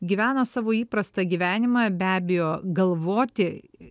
gyveno savo įprastą gyvenimą be abejo galvoti